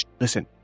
listen